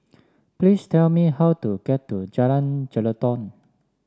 please tell me how to get to Jalan Jelutong